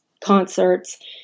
concerts